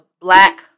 black